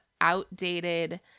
outdated